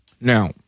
Now